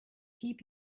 keep